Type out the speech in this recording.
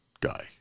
guy